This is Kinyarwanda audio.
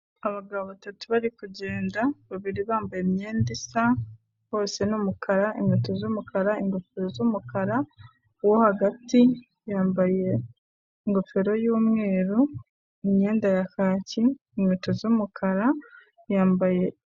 Abagabo batatu bari kugenda, babiri bambaye imyenda isa, hose n'umukara, inkweto z'umukara, ingofero z'umukara, uwo hagati yambaye ingofero y'umweru, imyenda ya kaki, inkweto z'umukara, yambaye...